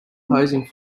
posing